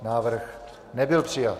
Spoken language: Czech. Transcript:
Návrh nebyl přijat.